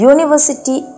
University